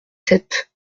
sept